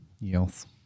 Yes